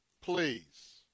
please